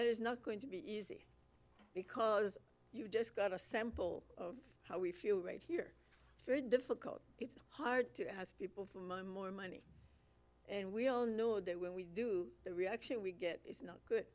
that is not going to be easy because you just got a sample of how we feel right here it's very difficult it's hard to ask people for more money and we all know that when we do the reaction we get is not good